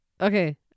Okay